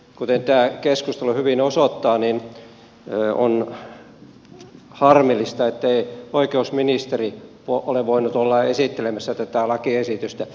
kuten tämä keskustelu hyvin osoittaa on harmillista ettei oikeusministeri ole voinut olla esittelemässä tätä lakiesitystä